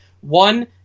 one